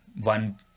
one